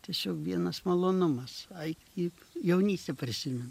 tiesiog vienas malonumas eiti į jaunystę prisimenu